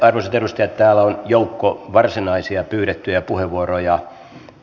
arvoisat edustajat täällä on joukko varsinaisia pyydettyjä puheenvuoroja